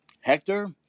Hector